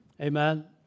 Amen